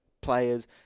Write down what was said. players